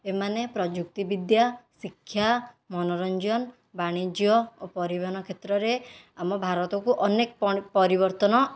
ଏମାନେ ପ୍ରଯୁକ୍ତି ବିଦ୍ୟା ଶିକ୍ଷା ମନୋରଞ୍ଜନ ବାଣିଜ୍ୟ ଓ ପରିବହନ କ୍ଷେତ୍ରରେ ଆମ ଭାରତକୁ ଅନେକ ପଣପରିବର୍ତ୍ତନ